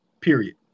period